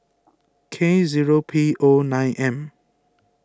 K zero P O nine M